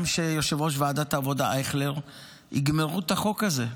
שיושב-ראש ועדת העבודה אייכלר יגמרו את החוק הזה.